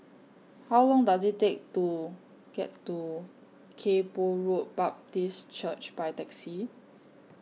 How Long Does IT Take to get to Kay Poh Road Baptist Church By Taxi